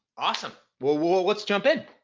awesome. whoa whoa, let's jump in.